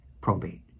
probate